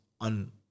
on